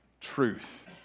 truth